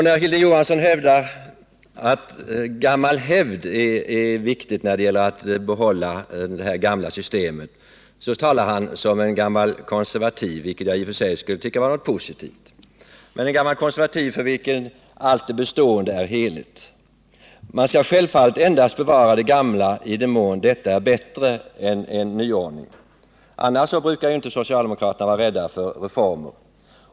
Då Hilding Johansson säger att gammal hävd är viktig då det gäller att behålla det gamla systemet, talar han som en gammal konservativ, vilket jag i och för sig tycker är positivt. Men han talar som en gammal konservativ för vilken allt bestående är heligt. Man skall självfallet bevara det gamla endast i den mån detta är bättre än det nya. Annars brukar inte socialdemokraterna vara rädda för reformer.